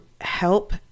help